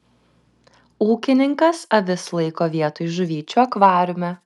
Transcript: ūkininkas avis laiko vietoj žuvyčių akvariume